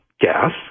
gas